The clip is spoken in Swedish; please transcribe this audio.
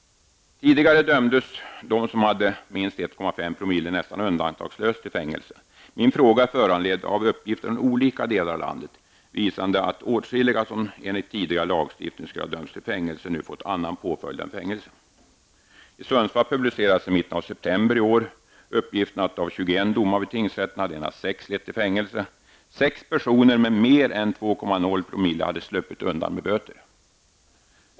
Tidigare dömdes de som hade minst 1,5 " nästan undantagslöst till fängelse. Min fråga är föranledd av att uppgifter från olika delar av landet visande att åtskilliga, som enligt tidigare lagstiftning skulle ha dömts till fängelse, nu fått annan påföljd än fängelse. I Sundsvall publicerades i mitten av september i år uppgiften att av 21 domar vid tingsrätten hade endast sex lett till fängelse. Sex personer med mer än 2,0 " hade sluppit undan med böter.